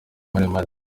maremare